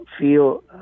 feel